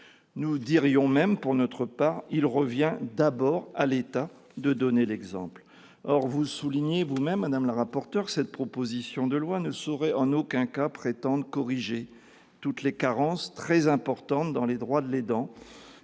nous dirions même qu'il revient à l'État de donner l'exemple. Or vous soulignez vous-même, madame la rapporteur, que « cette proposition de loi ne saurait en aucun cas prétendre corriger toutes les carences très importantes dont les droits de l'aidant